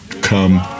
come